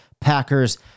Packers